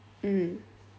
mm